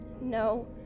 No